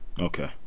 Okay